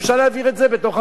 אפשר להבהיר את זה בוועדה.